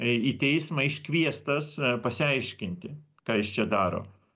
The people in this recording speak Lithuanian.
į teismą iškviestas pasiaiškinti ką jis čia daro